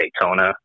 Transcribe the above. Daytona